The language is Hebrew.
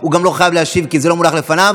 ולא פעם ראשונה.